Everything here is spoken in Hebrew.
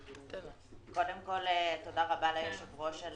תודה רבה ליושב-ראש על